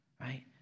right